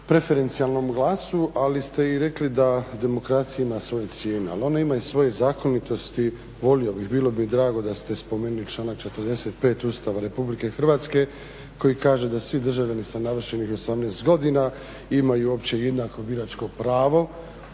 preferencijalnom glasu ali ste i rekli da demokracija ima svoju cijenu, ali ona ima i svoje zakonitosti, volio bih, bilo bi mi drago da ste spomenuli članak 45. Ustava RH koji kaže da svi državljani sa navršenih 18 godina imaju opće jednako biračko pravo